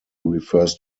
refers